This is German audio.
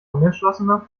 unentschlossene